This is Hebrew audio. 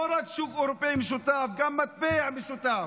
לא רק שוק אירופי משותף, גם מטבע משותף.